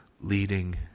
leading